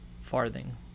farthing